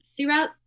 throughout